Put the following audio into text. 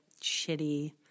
shitty